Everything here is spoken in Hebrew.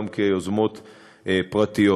גם כיוזמות פרטיות,